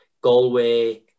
Galway